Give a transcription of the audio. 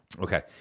Okay